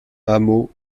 hameau